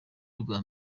rwa